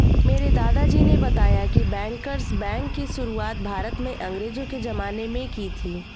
मेरे दादाजी ने बताया की बैंकर्स बैंक की शुरुआत भारत में अंग्रेज़ो के ज़माने में की थी